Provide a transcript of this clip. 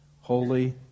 Holy